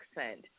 accent